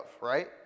right